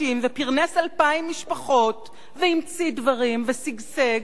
ופרנס 2,000 משפחות והמציא דברים ושגשג,